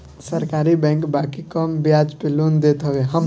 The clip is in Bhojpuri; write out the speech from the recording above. सरकारी बैंक बाकी कम बियाज पे लोन देत हवे